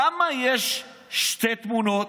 למה יש שתי תמונות?